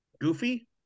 Goofy